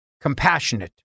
compassionate